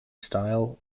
style